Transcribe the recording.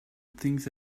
things